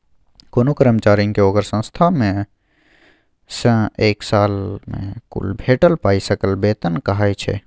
कोनो कर्मचारी केँ ओकर संस्थान सँ एक साल मे कुल भेटल पाइ सकल बेतन कहाइ छै